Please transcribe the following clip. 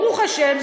ברוך השם,